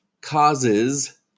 causes